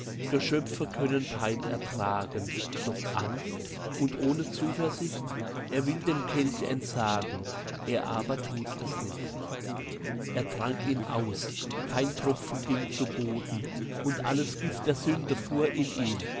geschöpfe können pein ertragen doch angst und ohne zuversicht er will dem kelch entsagen er aber thut es nicht er trank ihn aus kein tropfen ging zu boden und alles gift der sünde fuhr in ihn